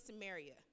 Samaria